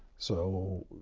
so,